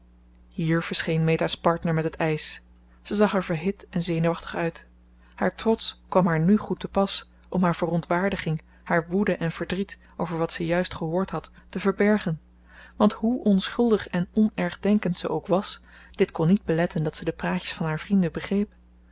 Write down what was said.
hier verscheen meta's partner met het ijs zij zag er verhit en zenuwachtig uit haar trots kwam haar nu goed te pas om haar verontwaardiging haar woede en verdriet over wat ze juist gehoord had te verbergen want hoe onschuldig en onergdenkend ze ook was dit kon niet beletten dat ze de praatjes van haar vrienden begreep